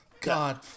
God